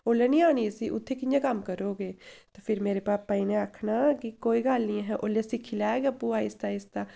ओल्लै निं औनी इस्सी उत्थै कि'यां कम्म करग एह् ते फिर मेरे पापा जी ने आखना कि कोई गल्ल निं अहें ओल्लै सिक्खी लैग आपूं आहिस्ता आहिस्ता